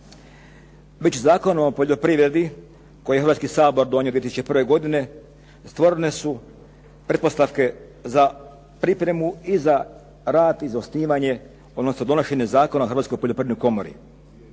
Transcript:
Već zakon o poljoprivredi koji je Hrvatski sabor donio 2001. godine stvorene su pretpostavke za pripremu i za rad i za osnivanje, odnosno donošenje Zakona o Hrvatskoj poljoprivrednoj komori.